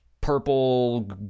purple